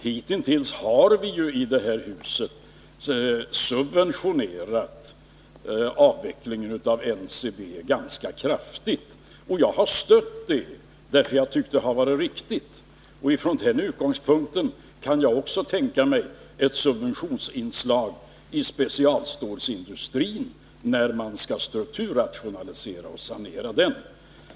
Hitintills har vi ju i det här huset subventionerat avvecklingen av NCB ganska kraftigt, och jag har stött det därför att jag tyckt att det varit riktigt. Från den utgångspunkten kan jag också tänka mig ett subventionsinslag i specialstålsindustrin när man skall strukturrationalisera och sanera den.